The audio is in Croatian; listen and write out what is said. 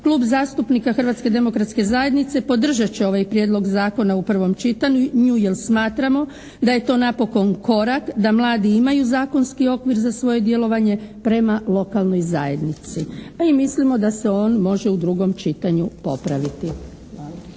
Klub zastupnika Hrvatske demokratske zajednice podržat će ovaj prijedlog zakona u prvom čitanju, jel' smatramo da je to napokon korak da mladi imaju zakonski okvir za svoje djelovanje prema lokalnoj zajednici. Pa i mislimo da se on može u drugom čitanju popraviti.